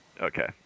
Okay